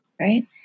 right